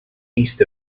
east